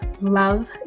love